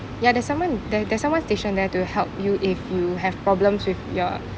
ya there's someone the~ there's someone stationed there to help you if you have problems with your